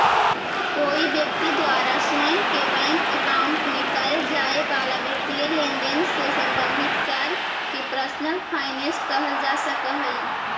कोई व्यक्ति द्वारा स्वयं के बैंक अकाउंट में करे जाए वाला वित्तीय लेनदेन से संबंधित कार्य के पर्सनल फाइनेंस कहल जा सकऽ हइ